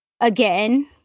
Again